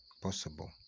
possible